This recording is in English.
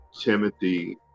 Timothy